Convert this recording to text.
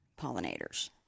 pollinators